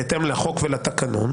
בהתאם לחוק ולתקנון,